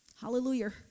Hallelujah